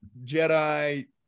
Jedi